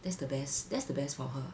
that's the best that's the best for her